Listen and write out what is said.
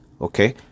Okay